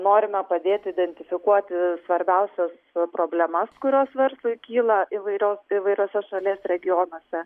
norime padėti identifikuoti svarbiausias problemas kurios verslui kyla įvairios įvairiuose šalies regionuose